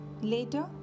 Later